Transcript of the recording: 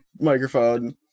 microphone